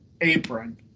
apron